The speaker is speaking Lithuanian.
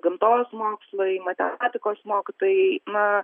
gamtos mokslai matematikos mokytojai na